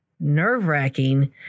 nerve-wracking